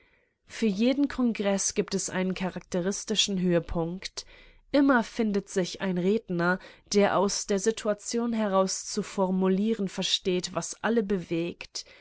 für jeden kongreß gibt es einen charakteristischen höhepunkt immer findet sich ein redner der aus der situation heraus zu formulieren versteht was alle bewegt